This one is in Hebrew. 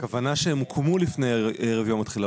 הכוונה שהן הוקמו לפני ערב יום התחילה,